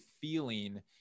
feeling